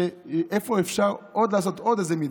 של איפה אפשר לעשות עוד איזו מצווה.